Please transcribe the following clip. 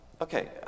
okay